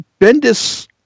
Bendis